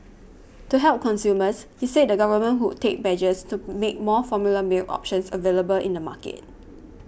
to help consumers he said the government would take measures to make more formula milk options available in the market